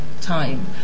time